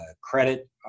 credit